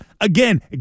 again